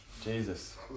Jesus